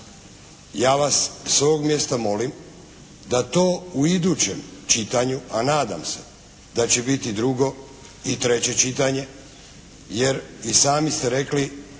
Ja vas s ovog mjesta molim da to u idućem čitanju a nadam se da će biti drugo i treće čitanje jer i sami ste rekli